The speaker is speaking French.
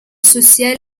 social